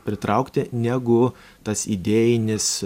pritraukti negu tas idėjinis